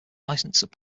licensed